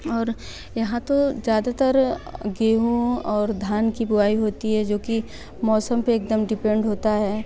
और यहाँ तो ज़्यादातर गेहूँ और धान की बुवाई होती है जो कि मौसम पे एकदम डिपेंड होता है